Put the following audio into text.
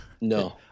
no